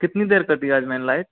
कितनी देर से थी आज मेन लाइट